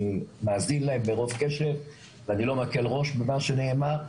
מאזין להם ברוב קשב ואני לא מקל ראש במה שנאמר,